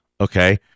okay